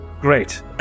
Great